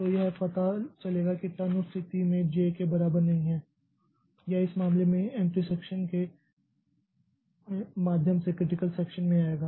तो यह पता चलेगा कि टर्न उस स्थिति में j के बराबर नहीं है यह इस मामले में एंट्री सेक्शन के माध्यम से क्रिटिकल सेक्शन में आएगा